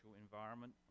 environment